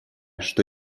что